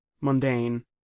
mundane